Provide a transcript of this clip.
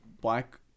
black